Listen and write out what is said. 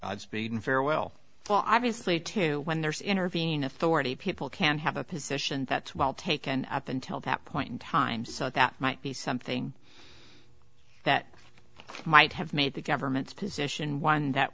godspeed farewell well obviously too when there's intervening authority people can have a position that's well taken up until that point in time so that might be something that might have made the government's position one that